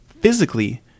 Physically